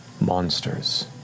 monsters